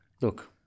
look